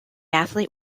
athlete